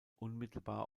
unmittelbar